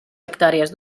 hectàrees